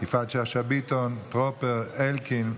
יפעת שאשא ביטון, טרופר, אלקין,